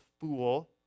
fool